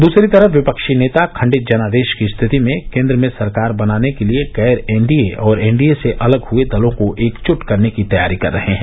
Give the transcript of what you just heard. दूसरी तरफ विपक्षी नेता खंडित जनादेश की स्थिति में केन्द्र में सरकार बनाने के लिए गैर एनडीए और एनडीए से अलग हए दलों को एकजुट करने की तैयारी कर रहे हैं